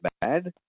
bad